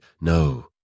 No